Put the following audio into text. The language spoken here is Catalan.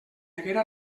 haguera